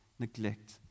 Neglect